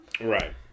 Right